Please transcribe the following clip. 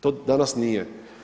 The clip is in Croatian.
To danas nije.